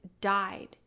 died